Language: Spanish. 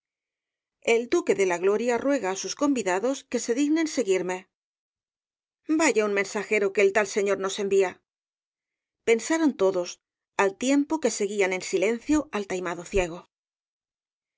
el duque de la gloria ruega á sus convidados que se dignen seguirme vaya un mensajero que el tal señor nos envía pensaron todos al tiempo que seguían en silencio al taimado ciego la